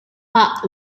pak